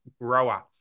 Grower